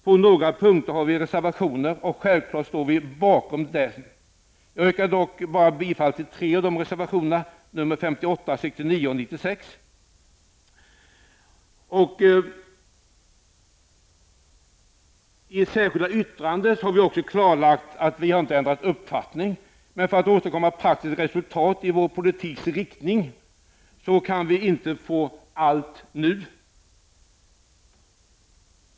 På några punkter har vi reservationer, och självfallet står vi bakom dem. Jag yrkar dock bifall bara till tre av reservationerna, nr 58, 69 och 96. I ett särskilt yttrande har vi klarlagt att vi inte har ändrat uppfattning, men för att åstadkomma praktiska resultat i vår politiks riktning kan vi inte få allt nu.